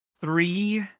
three